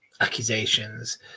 accusations